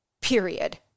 period